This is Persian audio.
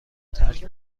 ترک